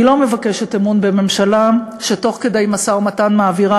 אני לא מבקשת אמון בממשלה שתוך כדי משא-ומתן מעבירה